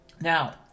Now